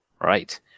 Right